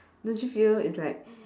don't you feel it's like